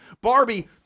Barbie